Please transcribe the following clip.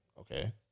okay